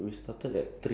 ya